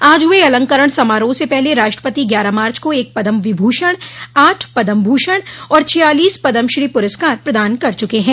आज हुए अलंकरण समारोह से पहले राष्ट्रपति ग्यारह मार्च को एक पद्म विभूषण आठ पद्म भूषण और छियालिस पद्मश्री पुरस्कार प्रदान कर चुके हैं